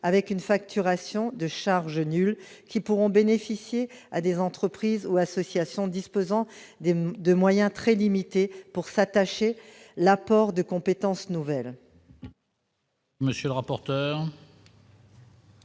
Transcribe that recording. avec une facturation de charges nul qui pourront bénéficier à des entreprises ou associations disposant des de moyens très limités pour s'attacher l'apport de compétences nouvelles.